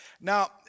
Now